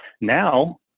Now